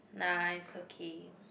nah it's okay